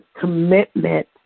commitment